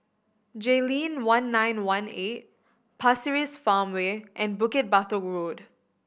Jayleen One Nine One Eight Pasir Ris Farmway and Bukit Batok Road